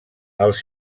els